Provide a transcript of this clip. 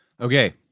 Okay